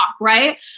Right